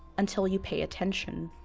until you pay attention.